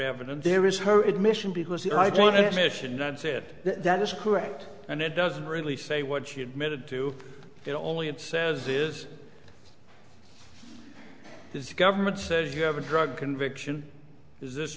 evident there is her admission because i don't admission and said that is correct and it doesn't really say what she admitted to it only it says is this government says you have a drug conviction is this